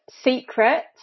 secret